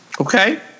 Okay